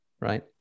right